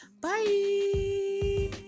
Bye